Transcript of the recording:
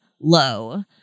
low